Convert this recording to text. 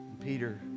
Peter